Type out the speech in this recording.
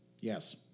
Yes